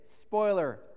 spoiler